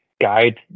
guide